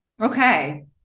okay